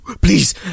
Please